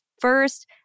first